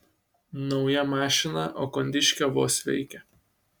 nauja mašina o kondiškė vos veikia